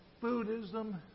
Buddhism